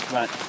Right